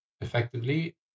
effectively